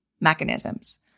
mechanisms